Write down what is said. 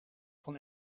van